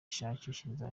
ishishikariza